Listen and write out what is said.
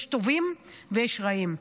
יש טובים ויש רעים,